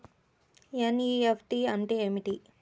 NEFT అంటే ఏమిటీ?